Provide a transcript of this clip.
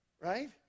Right